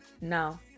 now